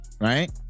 right